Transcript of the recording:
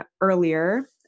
earlier